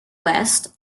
west